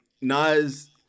Nas